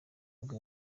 nibwo